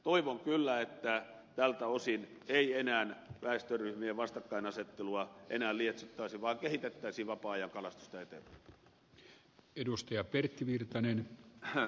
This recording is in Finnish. toivon kyllä että tältä osin ei enää väestöryhmien vastakkainasettelua lietsottaisi vaan kehitettäisiin vapaa ajankalastusta eteenpäin